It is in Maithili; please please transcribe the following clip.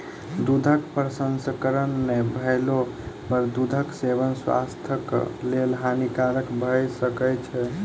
दूधक प्रसंस्करण नै भेला पर दूधक सेवन स्वास्थ्यक लेल हानिकारक भ सकै छै